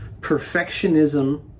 Perfectionism